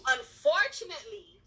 Unfortunately